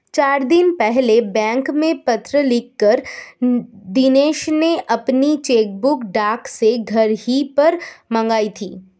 चार दिन पहले बैंक में पत्र लिखकर दिनेश ने अपनी चेकबुक डाक से घर ही पर मंगाई थी